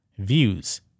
Views